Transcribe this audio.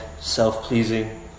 self-pleasing